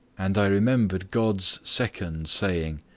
and i remembered god's second saying,